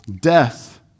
death